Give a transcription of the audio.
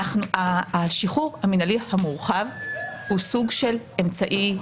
השחרור המינהלי המורחב הוא סוג של אמצעי,